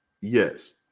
Yes